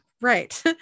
right